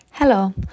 Hello